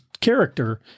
character